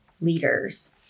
leaders